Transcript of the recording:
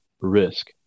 risk